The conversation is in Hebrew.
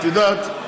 את יודעת,